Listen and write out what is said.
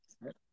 right